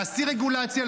להסיר רגולציה,